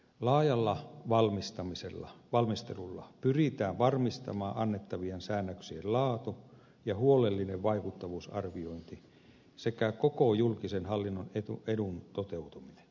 laajalla valmistelulla pyritään varmistamaan annettavien säännöksien laatu ja huolellinen vaikuttavuusarviointi sekä koko julkisen hallinnon edun toteutuminen